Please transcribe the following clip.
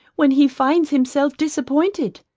when he finds himself disappointed.